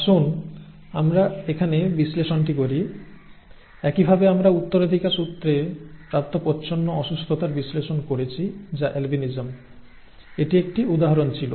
আসুন আমরা এখানে বিশ্লেষণটি করি একইভাবে আমরা উত্তরাধিকার সূত্রে প্রাপ্ত প্রচ্ছন্ন অসুস্থতার বিশ্লেষণ করেছি যা আলবিনিজম এটি একটি উদাহরণ ছিল